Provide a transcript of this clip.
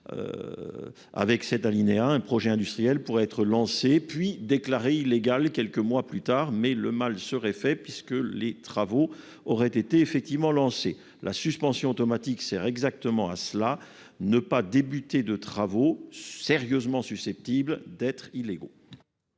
Ainsi, un projet industriel pourrait être lancé, puis déclaré illégal quelques mois plus tard, mais le mal serait fait : les travaux auraient été effectivement engagés. La suspension automatique a précisément ce rôle : empêcher l'ouverture de travaux sérieusement susceptibles d'être illégaux.